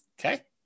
Okay